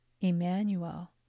Emmanuel